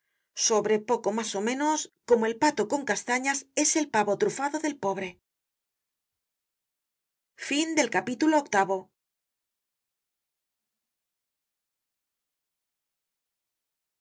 sobre poco mas ó menos como el pato con castañas es el pavo trufado del pobre